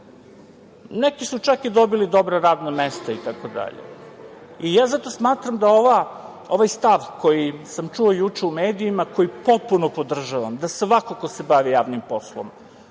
Neki su čak i dobili dobra radna mesta, itd. Zato, smatram da ovaj stav koji sam čuo juče u medijima, koji potpuno podržavam, da svako ko se bavi javnim poslom